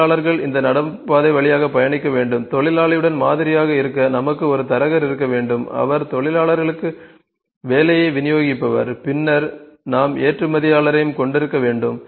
தொழிலாளர்கள் இந்த நடைபாதை வழியாக பயணிக்க வேண்டும் தொழிலாளியுடன் மாதிரியாக இருக்க நமக்கு ஒரு தரகர் இருக்க வேண்டும் அவர் தொழிலாளர்களுக்கு வேலையை விநியோகிப்பார் பின்னர் நாம் ஏற்றுமதியாளரையும் கொண்டிருக்க வேண்டும்